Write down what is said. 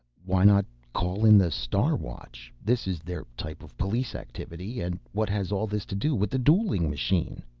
why not call in the star watch? this is their type of police activity. and what has all this to do with the dueling machine?